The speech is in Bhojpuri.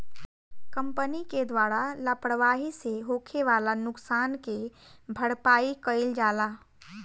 कंपनी के द्वारा लापरवाही से होखे वाला नुकसान के भरपाई कईल जाला